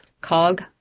Cog